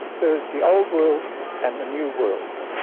there's the old world and the new world.